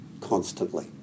constantly